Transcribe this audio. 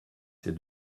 ces